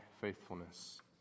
faithfulness